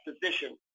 position